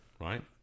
right